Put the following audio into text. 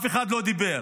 אף אחד לא דיבר,